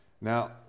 Now